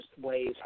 ways